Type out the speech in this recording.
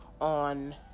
on